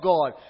God